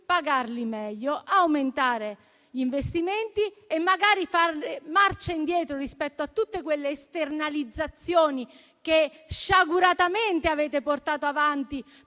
pagarli meglio, aumentare gli investimenti e magari fare marcia indietro rispetto a tutte quelle esternalizzazioni che sciaguratamente avete portato avanti